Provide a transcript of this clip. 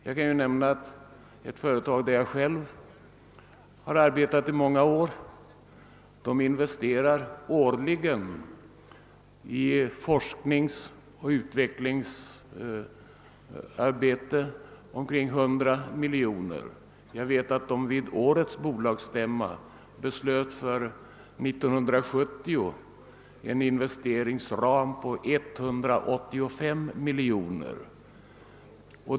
Jag kan nämna att ett företag, där jag själv har arbetat i många år, investerar årligen i forskningsoch utvecklingsarbete omkring 100 miljoner. Jag vet att företaget vid årets bolagsstämma beslöt en investeringsram för 1970 på 185 miljoner.